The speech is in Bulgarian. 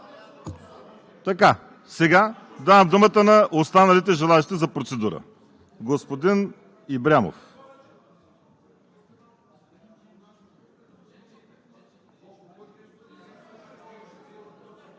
пръст. Сега давам думата на останалите желаещи за процедура. Господин Ибрямов.